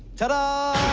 tada